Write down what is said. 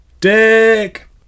Dick